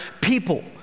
people